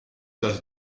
does